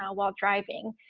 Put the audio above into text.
while while driving,